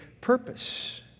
purpose